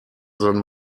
than